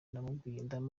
ndamubwira